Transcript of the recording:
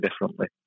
differently